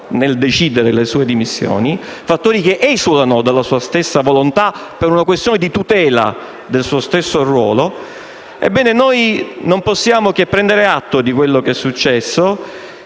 nel decidere le sue dimissioni, fattori che esulano dalla sua stessa volontà, per una questione di tutela del suo stesso ruolo. Ebbene, noi non possiamo che prendere atto di quanto accaduto